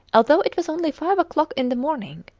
although it was only five o'clock in the morning,